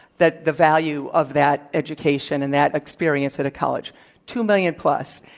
that the value of that education and that experience at a college two million plus.